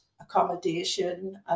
accommodation